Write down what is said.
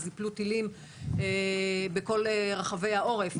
אז ייפלו טילים בכל רחבי העורף,